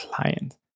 client